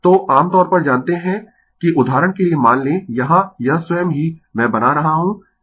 तो आम तौर पर जानते है कि उदाहरण के लिए मान लें यहाँ यह स्वयं ही मैं बना रहा हूँ यह मदद करता है